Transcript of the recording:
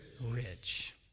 rich